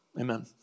Amen